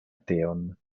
teon